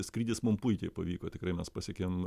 skrydis mum puikiai pavyko tikrai mes pasiekėm